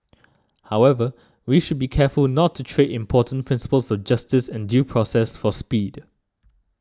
however we should be careful not to trade important principles of justice and due process for speed